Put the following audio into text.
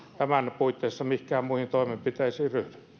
tämän puitteissa mihinkään muihin toimenpiteisiin